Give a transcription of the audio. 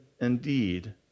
indeed